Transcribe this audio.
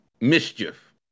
mischief